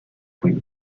foyer